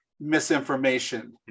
misinformation